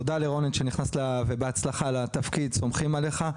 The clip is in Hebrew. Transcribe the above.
תודה לרונן שנכנס לתפקיד ובהצלחה, סומכים עליך.